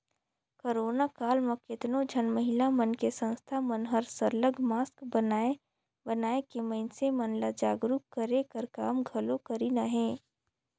corona काल म केतनो झन महिला मन के संस्था मन हर सरलग मास्क बनाए बनाए के मइनसे मन ल जागरूक करे कर काम घलो करिन अहें